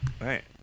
Right